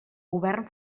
govern